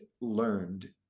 learned